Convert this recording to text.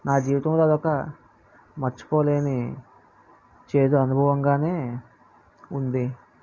నా జీవితంలో అది ఒక మర్చిపోలేని చేదు అనుభవంగా ఉంది